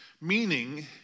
meaning